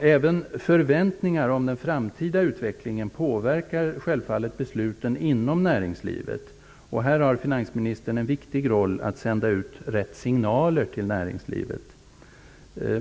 Även förväntningar om den framtida utvecklingen påverkar självfallet besluten inom näringslivet. Här har finansministern en viktig roll i att sända ut rätt signaler till näringslivet.